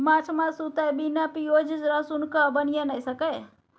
माछ मासु तए बिना पिओज रसुनक बनिए नहि सकैए